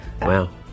Wow